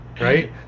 Right